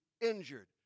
injured